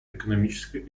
экономическая